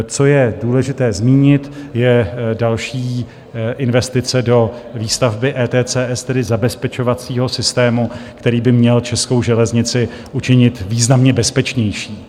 Co je důležité zmínit, je další investice do výstavby ETCS, tedy zabezpečovacího systému, který by měl českou železnici učinit významně bezpečnější.